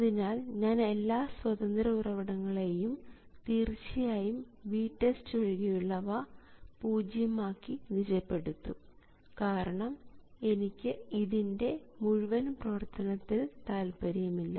അതിനാൽ ഞാൻ എല്ലാ സ്വതന്ത്ര ഉറവിടങ്ങളെയും തീർച്ചയായും VTEST ഒഴികെയുള്ളവ പൂജ്യം ആക്കി നിജപ്പെടുത്തും കാരണം എനിക്ക് ഇതിൻറെ മുഴുവൻ പ്രവർത്തനത്തിൽ താല്പര്യമില്ല